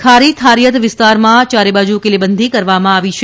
ખારી થારયત વિસ્તારમાં ચારે બાજુ કીલ્લેબંધી કરવામાં આવી છે